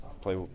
play